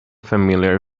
familiar